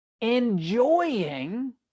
enjoying